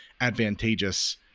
advantageous